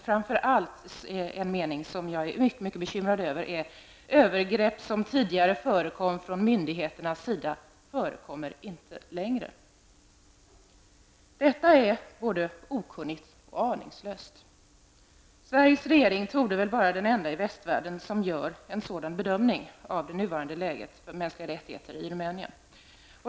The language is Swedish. Framför allt är det följande mening som jag är mycket bekymrad över: ''Övergrepp som tidigare förekom från myndigheternas sida förekommer inte längre.'' Detta är både okunnigt och aningslöst. Sveriges regering torde vara den enda i västvärlden som gör en sådan bedömning av det nuvarande läget för mänskliga rättigheter i Rumänien.